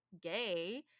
gay